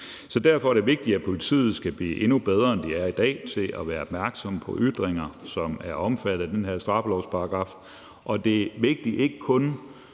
Derfor er det vigtigt, at politiet skal blive endnu bedre, end de er i dag, til at være opmærksomme på ytringer, som er omfattet af den her straffelovsparagraf, og det er ikke kun